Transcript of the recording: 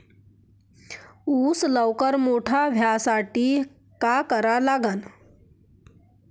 ऊस लवकर मोठा व्हासाठी का करा लागन?